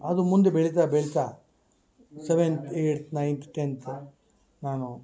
ಅದು ಮುಂದ ಬೆಳಿತಾ ಬೆಳಿತಾ ಸೆವೆಂತ್ ಏಟ್ತ್ ನೈಂತ್ ಟೆಂತ್ ನಾನು